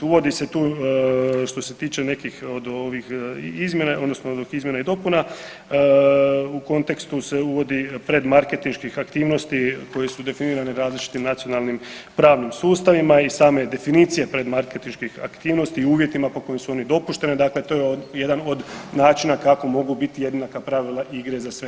Uvodi se tu što se tiče nekih od ovih izmjena odnosno izmjena i dopuna u kontekstu se uvodi predmarketinških aktivnosti koje su definirane različitim nacionalnim pravnim sustavima i same definicije predmarketinških aktivnosti i uvjetima po kojim su one dopuštene dakle to je jedan od načina kako mogu biti jednaka pravila igre za sve.